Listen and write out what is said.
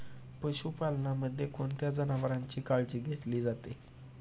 पशुपालनामध्ये कोणत्या जनावरांची काळजी घेतली जाते?